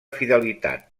fidelitat